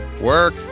work